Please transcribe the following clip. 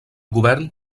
govern